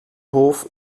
hof